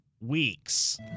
weeks